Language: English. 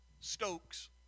Stokes